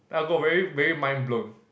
I got very very mind-blown